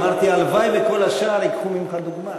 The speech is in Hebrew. אמרתי: הלוואי שכל השאר ייקחו ממך דוגמה.